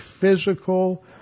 physical